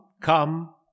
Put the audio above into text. come